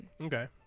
Okay